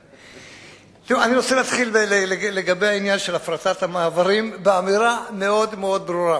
אני רוצה להתחיל לגבי העניין של הפרטת המעברים באמירה מאוד מאוד ברורה,